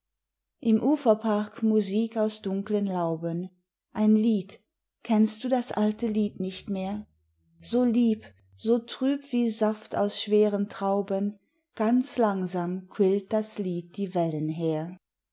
im uferpark musik aus dunklen lauben ein lied kennst du das alte lied nicht mehr so lieb so trüb wie saft aus schweren trauben ganz langsam quillt das lied die wellen her